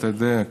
אתה יודע,